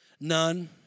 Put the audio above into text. None